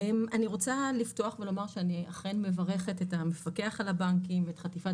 אני רוצה לפתוח ולומר שאני אכן מברכת את המפקח על הבנקים ואת חטיבת